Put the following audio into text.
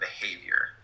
behavior